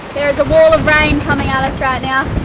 there is a wall of rain coming at us right now.